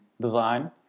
design